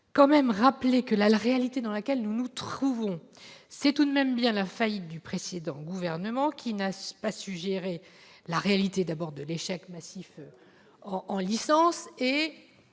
quand même rappeler que la la réalité dans laquelle nous nous trouvons, c'est tout de même bien la faillite du précédent gouvernement qui n'a pas su gérer la réalité d'abord de l'échec massif en en licence et